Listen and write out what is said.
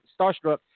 starstruck